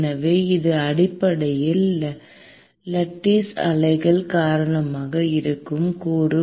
எனவே இது அடிப்படையில் லட்டிஸ் அலைகள் காரணமாக இருக்கும் கூறு